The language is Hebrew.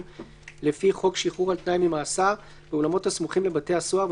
לפי חוק שחרור על-תנאי ממאסר באולמות הסמוכים לבתי הסוהר,